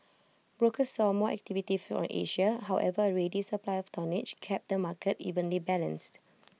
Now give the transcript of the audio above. brokers saw more activity from Asia however A ready supply of tonnage kept the market evenly balanced